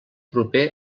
proper